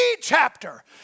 chapter